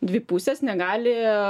dvi pusės negali